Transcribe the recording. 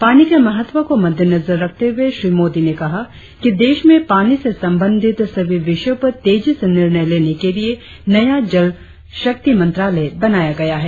पानी के महत्व को मद्देनजर रखते हुए मोदी ने कहा कि देश में पानी से सबंधित सभी विषयों पर तेजी से निर्णय लेने के लिए नया जल शक्ति मंत्रालय बनाया गया है